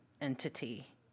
entity